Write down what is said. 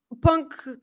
punk